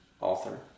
author